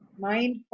mind